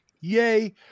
Yay